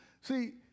See